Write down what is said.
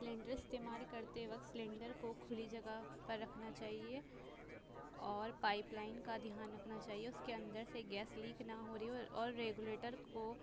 cylinder استعمال کرتے وقت سلینڈر کو کھلی جگہ پر رکھنا چاہیے اور پائپ لائن کا دھیان رکھنا چاہیے اس کے اندر سے گیس لیک نہ ہو رہی ہے اور ریگولیٹر کو